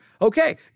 okay